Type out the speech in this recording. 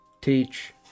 teach